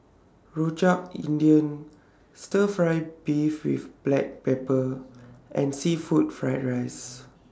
Rojak India Stir Fry Beef with Black Pepper and Seafood Fried Rice